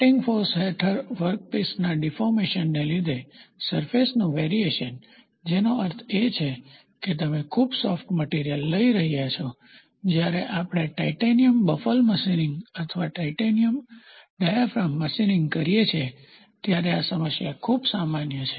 cutting force હેઠળ વર્કપીસના ડીફોર્મેશનને લીધે સરફેસનું વેરીએશન જેનો અર્થ છે કે તમે ખૂબ સોફ્ટ મટીરીઅલ લઈ રહ્યા છો જ્યારે આપણે ટાઇટેનિયમ બફલ મશીનિંગ અથવા ટાઇટેનિયમ ડાયફ્રામ મશીનિંગ કરીએ ત્યારે આ સમસ્યા ખૂબ સામાન્ય છે